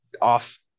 off